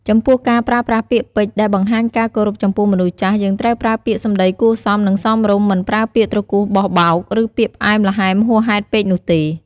ចំពោះការប្រើប្រាស់ពាក្យពេចន៍ដែលបង្ហាញការគោរពចំពោះមនុស្សចាស់ យើងត្រូវប្រើពាក្យសម្ដីគួរសម និងសមរម្យ មិនប្រើពាក្យទ្រគោះបោះបោក ឬពាក្យផ្អែមល្ហែមហួសហេតុពេកនោះទេ។